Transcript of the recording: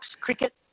cricket